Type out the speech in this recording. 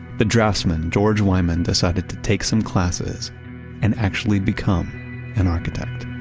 the draftsman george wyman decided to take some classes and actually become an architect